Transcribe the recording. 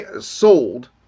sold